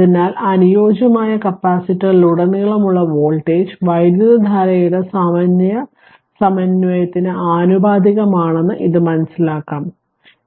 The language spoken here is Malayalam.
അതിനാൽ അനുയോജ്യമായ കപ്പാസിറ്ററിലുടനീളമുള്ള വോൾട്ടേജ് വൈദ്യുതധാരയുടെ സമയ സമന്വയത്തിന് ആനുപാതികമാണെന്ന് ഇത് മനസിലാക്കും